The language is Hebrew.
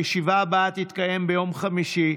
הישיבה הבאה תתקיים ביום חמישי,